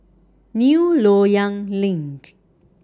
New Loyang LINK